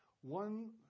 one